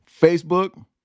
Facebook